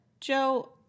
Joe